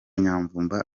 nyamvumba